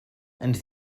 ens